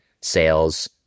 sales